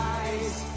eyes